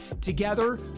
Together